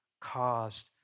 caused